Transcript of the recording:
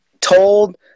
told